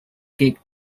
kicked